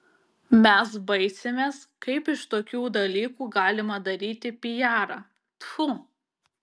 mes baisimės kaip iš tokių dalykų galima daryti pijarą tfu